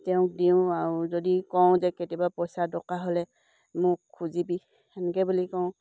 তেওঁক দিওঁ আৰু যদি কওঁ যে কেতিয়াবা পইচা দৰকাৰ হ'লে মোক খুজিবি তেনেকৈ বুলি কওঁ